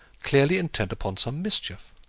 clearly intent upon some mischief.